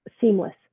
seamless